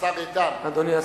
אדוני השר?